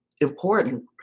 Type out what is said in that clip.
important